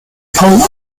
poland